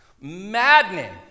Maddening